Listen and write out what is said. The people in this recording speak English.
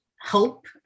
hope